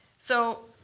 so